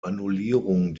annullierung